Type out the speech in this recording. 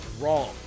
wrong